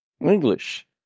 English